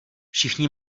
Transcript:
všichni